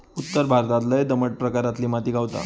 उत्तर भारतात लय दमट प्रकारातली माती गावता